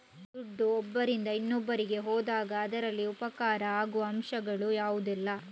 ದುಡ್ಡು ಒಬ್ಬರಿಂದ ಇನ್ನೊಬ್ಬರಿಗೆ ಹೋದಾಗ ಅದರಲ್ಲಿ ಉಪಕಾರ ಆಗುವ ಅಂಶಗಳು ಯಾವುದೆಲ್ಲ?